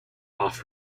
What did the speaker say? off